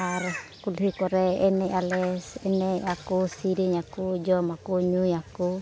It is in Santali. ᱟᱨ ᱠᱩᱞᱦᱤ ᱠᱚᱨᱮ ᱮᱱᱮᱡ ᱟᱞᱮ ᱮᱱᱮᱡ ᱟᱠᱚ ᱥᱮᱨᱮᱧ ᱟᱠᱚ ᱡᱚᱢ ᱟᱠᱚ ᱧᱩᱭᱟ ᱠᱚ